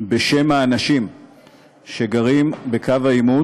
בשם האנשים שגרים בקו העימות,